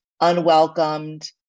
unwelcomed